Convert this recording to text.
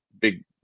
big